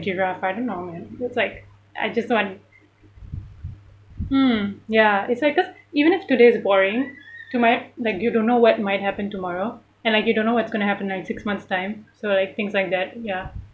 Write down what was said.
a giraffe I don't know man it's like I just want mm ya it's like uh even if today's boring to my like you don't know what might happen tomorrow and like you don't know what's going to happen in six months' time so like things like that ya